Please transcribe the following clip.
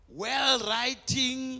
well-writing